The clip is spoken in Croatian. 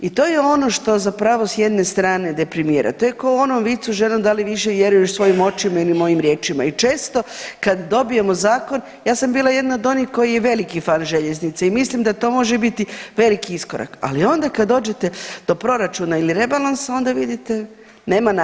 I to je ono što zapravo s jedne strane deprimira, to je ko u onom vicu ženo da li više vjeruješ svojim očima ili mojim riječima i često kad dobijemo zakon, ja sam bila jedna od onih koji je veliki fan željeznica i mislim da to može biti veliki iskorak ali onda kad dođete do proračuna ili rebalansa onda vidite nema nade.